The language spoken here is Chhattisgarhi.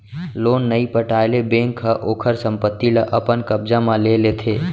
लोन नइ पटाए ले बेंक ह ओखर संपत्ति ल अपन कब्जा म ले लेथे